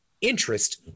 interest